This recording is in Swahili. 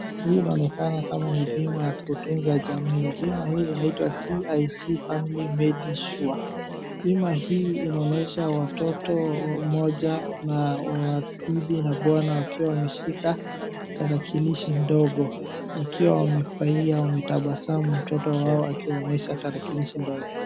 Hii inaonekana kama bima ya kutunza jamii. Bima hii inaitwa CIC Family Medisure. Bima hii inaonyesha watoto moja na bibi na bwana wakiwa wameshika tarakilishi ndogo wakiwa wamefurahia, wametabasamu mtoto wao akiwaonyesha tarakilishi ndogo.